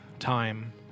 Time